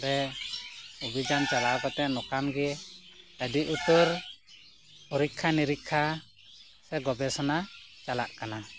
ᱚᱰᱮ ᱚᱵᱷᱤᱡᱟᱱ ᱪᱟᱞᱟᱣ ᱠᱟᱛᱮ ᱱᱚᱝᱠᱟᱱ ᱜᱮ ᱟᱹᱰᱤ ᱩᱛᱟᱹᱨ ᱯᱚᱨᱤᱠᱷᱟ ᱱᱤᱨᱤᱠᱷᱟ ᱥᱮ ᱠᱷᱚᱫᱽᱨᱚᱱ ᱪᱟᱞᱟᱜ ᱠᱟᱱᱟ